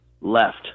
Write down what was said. left